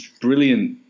brilliant